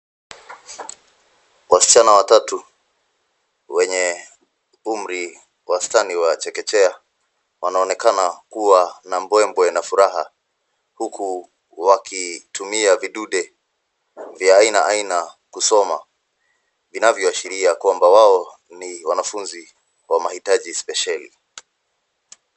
Wasichana watatu wenye umri wastani wa chekechea wanaonekana kuwa na mbwe mbwe na furaha, huku wakitumia vidude vya aina aina kusoma. Inavyoashiria kwamba wao ni wanafunzi wa mahitaji spesheli.